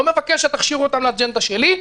לא מבקש שתכשירו אותם לאג'נדה שלי,